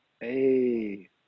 Hey